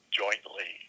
jointly